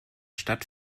stadt